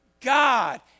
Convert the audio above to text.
God